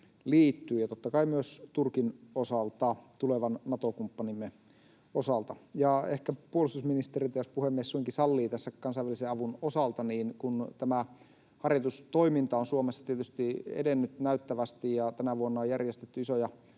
liittyy, ja totta kai myös Turkin osalta, tulevan Nato-kumppanimme osalta. Ja ehkä puolustusministeriltä kysyn, jos puhemies suinkin sallii, tämän kansainvälisen avun osalta: tämä harjoitustoiminta on Suomessa tietysti edennyt näyttävästi ja tänä vuonna on järjestetty isoja